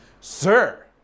Sir